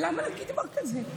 למה להגיד דבר כזה?